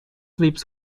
lips